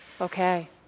Okay